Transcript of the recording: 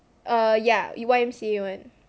err ya we Y_M_C_A one